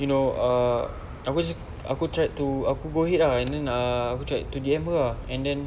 you know uh I was aku tried to aku go ahead ah and then uh aku tried to D_M her ah and then